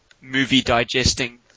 movie-digesting